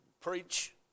preach